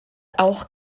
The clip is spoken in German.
auch